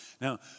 Now